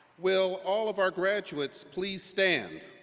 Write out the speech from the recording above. will all of our graduates please stand?